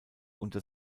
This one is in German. unter